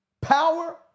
power